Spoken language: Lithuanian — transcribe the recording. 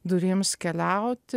durims keliauti